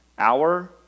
Hour